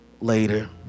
later